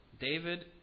David